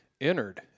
entered